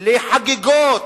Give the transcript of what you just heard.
לחגיגות.